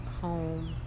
home